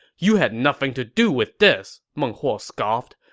you had nothing to do with this! meng huo scoffed.